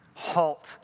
Halt